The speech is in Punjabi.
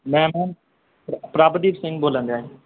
ਮੈਂ ਮੈਮ ਪ੍ਰਭਦੀਪ ਸਿੰਘ ਬੋਲਣ ਡਿਆ